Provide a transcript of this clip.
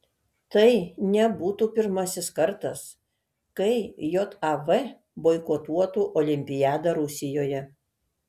tai nebūtų pirmasis kartas kai jav boikotuotų olimpiadą rusijoje